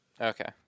Okay